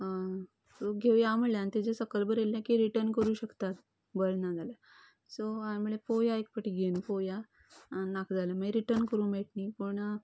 घेवया म्हणलें आनी तेजे सकयल बरयल्लें की रिटर्न करूंक शकतात बरें ना जाल्यार सो हायेंन म्हणलें पळोवया एक फावटी घेवन पळोवया आनी नाका जाल्यार मागीर रिटर्न करूंक मेळटा न्ही पूण